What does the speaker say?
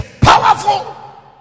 powerful